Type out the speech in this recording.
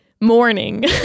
Morning